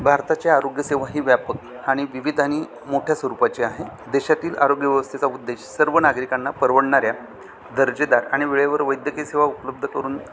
भारताची आरोग्यसेवा ही व्यापक आणि विविध आणि मोठ्या स्वरूपाची आहे देशातील आरोग्यव्यवस्थेचा उद्देश सर्व नागरिकांना परवडणाऱ्या दर्जेदार आणि वेळेवर वैद्यकीय सेवा उपलब्ध करून